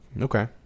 Okay